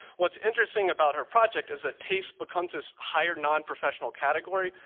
what's interesting about her project is that taste becomes this higher, nonprofessional category,